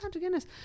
Guinness